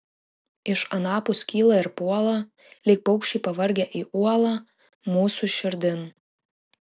iš anapus kyla ir puola lyg paukščiai pavargę į uolą mūsų širdin